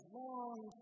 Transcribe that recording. long